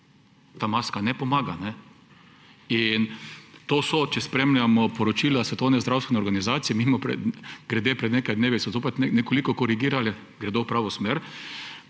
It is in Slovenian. Ta maska ne pomaga. To so… Če spremljamo poročila Svetovne zdravstvene organizacije – mimogrede, pred nekaj dnevi so zopet nekoliko korigirali, gredo v pravo smer